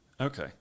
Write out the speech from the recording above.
Okay